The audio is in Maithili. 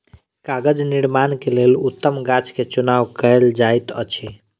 कागज़ निर्माण के लेल उत्तम गाछ के चुनाव कयल जाइत अछि